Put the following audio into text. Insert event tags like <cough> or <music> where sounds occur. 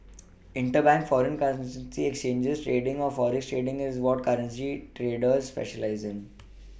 <noise> interbank foreign exchange trading or forex trading is what a currency trader specialises in <noise>